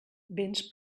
véns